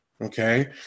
okay